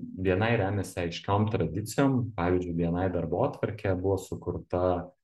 bni remiasi aiškiom tradicijom pavyzdžiui bni darbotvarkė buvo sukurta